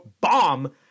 bomb